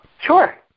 Sure